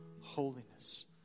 holiness